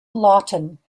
lawton